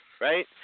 right